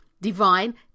divine